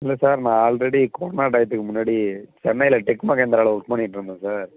இல்லை சார் நான் already corona டயத்துக்கு முன்னாடி சென்னையில டெக் மஹேந்திராவில் ஒர்க் பண்ணிகிட்டுருந்தேன் சார்